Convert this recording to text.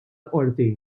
qorti